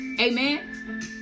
Amen